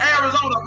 Arizona